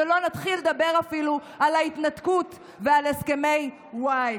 שלא נתחיל לדבר אפילו על ההתנתקות ועל הסכמי וואי.